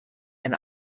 and